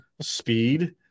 speed